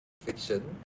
Fiction